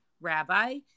rabbi